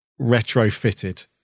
retrofitted